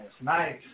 Nice